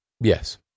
Yes